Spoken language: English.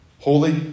holy